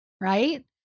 Right